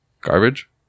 garbage